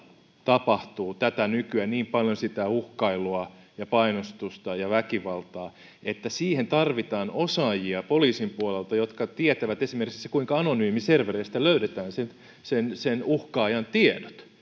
tapahtuu tätä nykyä niin paljon sitä uhkailua ja painostusta ja väkivaltaa että siihen tarvitaan osaajia poliisin puolelta jotka tietävät esimerkiksi kuinka anonyymiservereistä löydetään sen sen uhkaajan tiedot